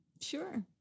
Sure